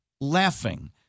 laughing